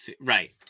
right